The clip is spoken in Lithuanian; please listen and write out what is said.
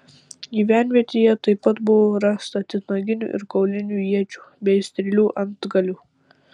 gyvenvietėje taip pat buvo rasta titnaginių ir kaulinių iečių bei strėlių antgalių